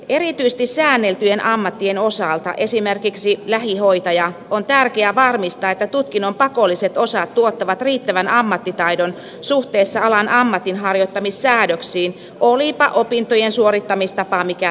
erityisesti säänneltyjen ammattien osalta esimerkiksi lähihoitaja on tärkeää varmistaa että tutkinnon pakolliset osat tuottavat riittävän ammattitaidon suhteessa alan ammatinharjoittamissäädöksiin olipa opintojen suorittamistapa mikä tahansa